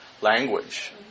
language